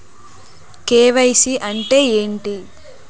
KYC అంటే ఏంటి?